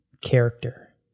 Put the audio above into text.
character